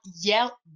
yell